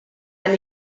eine